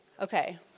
Okay